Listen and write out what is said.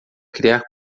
criar